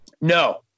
No